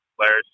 players